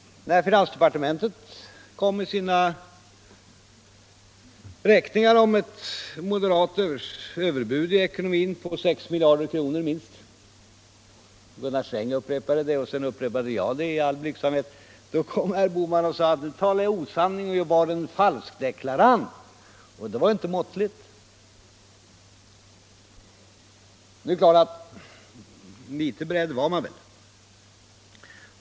När finansdepartementet kom med sina beräkningar om ett moderat överbud i ekonomin på minst 6 miljarder kronor och först Gunnar Sträng och sedan jag i all blygsamhet upprepade det, sade herr Bohman att jag talade osanning och var en falskdeklarant. Det var inte måttligt. Det är klart att litet beredd var man väl.